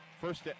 First